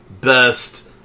Best